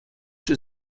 czy